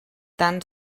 tant